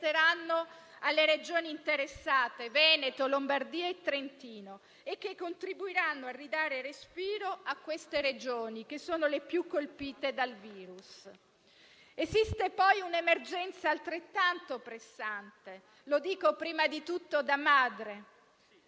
che resteranno alle Regioni interessate (Veneto, Lombardia e Trentino) e che contribuiranno a ridare respiro a queste Regioni, che sono le più colpite dal virus. Esiste poi un emergenza altrettanto pressante, lo dico prima di tutto da madre: